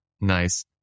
Nice